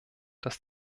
dass